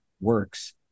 works